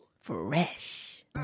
Fresh